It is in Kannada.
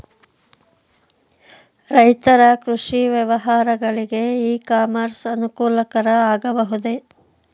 ರೈತರ ಕೃಷಿ ವ್ಯವಹಾರಗಳಿಗೆ ಇ ಕಾಮರ್ಸ್ ಅನುಕೂಲಕರ ಆಗಬಹುದೇ?